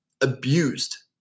abused